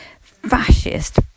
fascist